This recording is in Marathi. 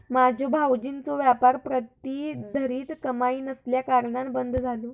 माझ्यो भावजींचो व्यापार प्रतिधरीत कमाई नसल्याकारणान बंद झालो